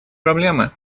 проблемы